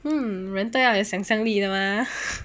mm 人都要有想象力的吗